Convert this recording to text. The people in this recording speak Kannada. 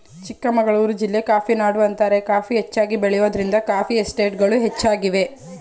ಚಿಕ್ಕಮಗಳೂರು ಜಿಲ್ಲೆ ಕಾಫಿನಾಡು ಅಂತಾರೆ ಕಾಫಿ ಹೆಚ್ಚಾಗಿ ಬೆಳೆಯೋದ್ರಿಂದ ಕಾಫಿ ಎಸ್ಟೇಟ್ಗಳು ಹೆಚ್ಚಾಗಿವೆ